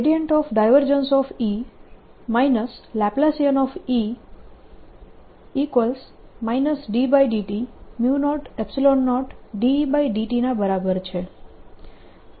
E 2E ∂t00E∂t ના બરાબર છે